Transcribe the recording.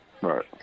Right